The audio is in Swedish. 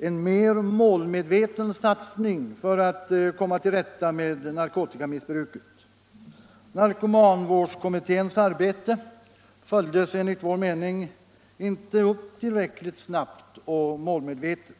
en mer målmedveten satsning för att komma till rätta med narkotikamissbruket. Narkomanvårdskommitténs arbete följdes enligt vår mening inte upp tillräckligt snabbt och målmedvetet.